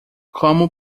como